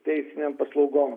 teisinėm paslaugom